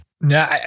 No